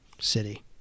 city